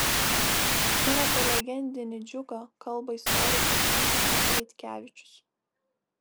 ir apie legendinį džiugą kalba istorikas vykintas vaitkevičius